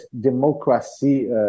democracy